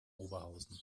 oberhausen